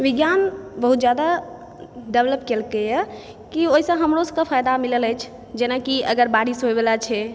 विज्ञान बहुत जादा डेवलॅप केलकै यऽ कि ओहिसँ हमरो सबके फायदा मिलल अछि जेना कि अगर बारिश होइ के छै